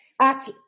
Act